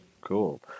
Cool